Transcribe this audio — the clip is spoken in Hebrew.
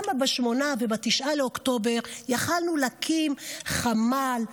למה ב-8 וב-9 באוקטובר יכולנו להקים חמ"ל,